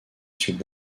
suites